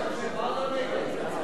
הוא בעד או נגד?